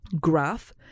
graph